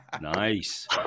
Nice